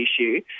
issue